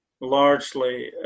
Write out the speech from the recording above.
largely